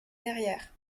verrières